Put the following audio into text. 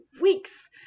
weeks